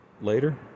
later